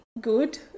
good